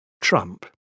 Trump